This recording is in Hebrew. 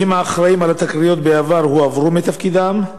3. האם האחראים לתקריות בעבר הועברו מתפקידם?